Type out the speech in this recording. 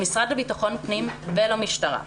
למשרד לביטחון פנים ולמשטרה.